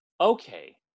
okay